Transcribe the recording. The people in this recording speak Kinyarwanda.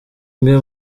umwe